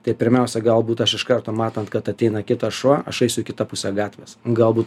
tai pirmiausia galbūt aš iš karto matant kad ateina kitas šuo aš aisiu į kitą pusę gatvės galbūt